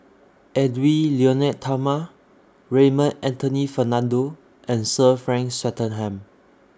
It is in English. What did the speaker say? Edwy Lyonet Talma Raymond Anthony Fernando and Sir Frank Swettenham